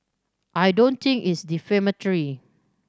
I don't think it's defamatory